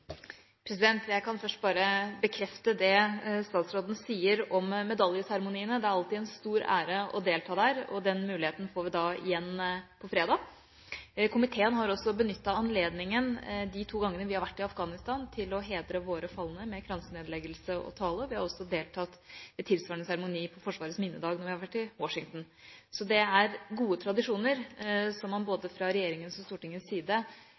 alltid en stor ære å delta der, og den muligheten får vi igjen på fredag. Komiteen har også de to gangene vi har vært i Afghanistan, benyttet anledningen til å hedre våre falne med kransenedleggelse og tale. Vi har også deltatt i tilsvarende seremoni på Forsvarets minnedag når vi har vært i Washington. Det er gode tradisjoner som man fra både regjeringens og Stortingets side